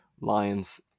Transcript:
Lions